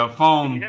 phone